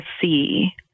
see